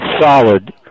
solid